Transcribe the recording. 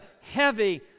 heavy